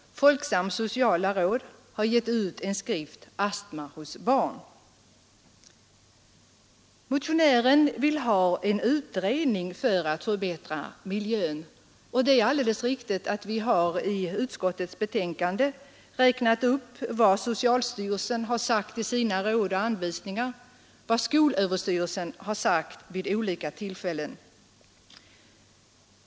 Folksams sociala råd har gett ut en skrift, Astma hos barn. miljön för de allergiska barnen. Det är alldeles riktigt att vi i utskottets betänkande har nämnt vad socialstyrelsen har sagt i sina Råd och anvisningar och vad skolöverstyrelsen har sagt vid olika tillfällen.